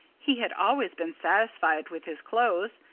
he had always been satisfied with his clothes.